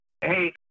Hey